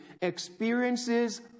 Experiences